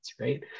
right